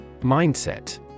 Mindset